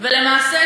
למעשה,